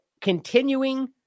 continuing